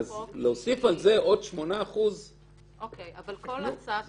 אז להוסיף על זה עוד 8% -- אבל כל הצעת